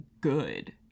good